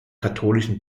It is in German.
katholischen